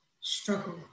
struggle